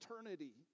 eternity